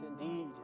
indeed